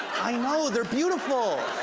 i know. they're beautiful.